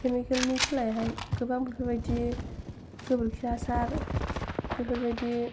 केमिकेलनि सोलायहाय गोबां बेफोरबायदि गोबोरखि हासार बेफोरबायदि